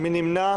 מי נמנע?